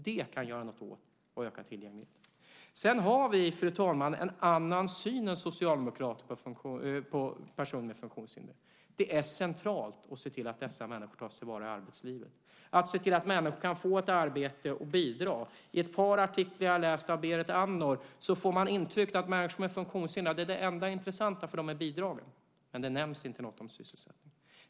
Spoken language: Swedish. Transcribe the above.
Det kan öka tillgängligheten. Vi har, fru talman, en annan syn än Socialdemokraterna på personer med funktionshinder. Det är centralt att se till att dessa människor tas till vara i arbetslivet, att se till att människor kan få ett arbete och bidra. I ett par artiklar jag har läst av Berit Andnor får man intrycket att det enda intressanta för människor med funktionshinder är bidragen. Det nämns inte något om sysselsättningen.